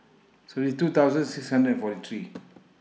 seventy two thousand six hundred and forty three